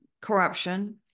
Corruption